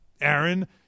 Aaron